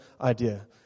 idea